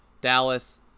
Dallas